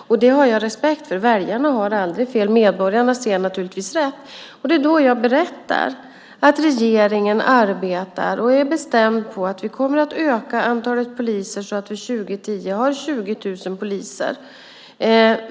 Det har jag respekt för. Väljarna har aldrig fel. Medborgarna ser naturligtvis rätt. Då berättar jag att regeringen arbetar och är bestämd på att vi kommer att öka antalet poliser så att vi 2010 har 20 000 poliser.